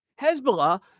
Hezbollah